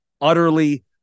utterly